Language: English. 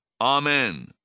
Amen